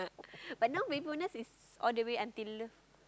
but now my bonus is all the way until